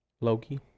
Loki